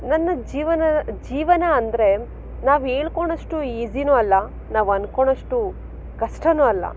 ನನ್ನ ಜೀವನ ಜೀವನ ಅಂದರೆ ನಾವು ಹೇಳ್ಕೊಳಷ್ಟು ಈಸಿನೂ ಅಲ್ಲ ನಾವಂದ್ಕೊಳಷ್ಟು ಕಷ್ಟನೂ ಅಲ್ಲ